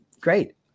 great